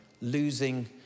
losing